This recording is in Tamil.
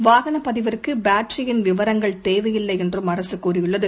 வாகனபதிவிற்குபேட்டரியின் விவரங்கள் தேவையில்லைஎன்றும் அரசுகூறியுள்ளது